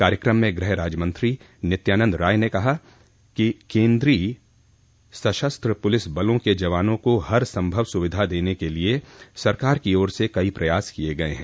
कार्यकम में गृह राज्यमंत्री नित्यानंद राय ने कहा कि केन्द्रीय सशस्त्र पुलिस बलों के जवानों को हर संभव सुविधा देने के लिए सरकार की ओर से कई प्रयास किये गये हैं